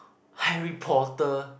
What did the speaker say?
Harry-Potter